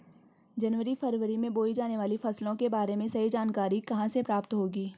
जनवरी फरवरी में बोई जाने वाली फसलों के बारे में सही जानकारी कहाँ से प्राप्त होगी?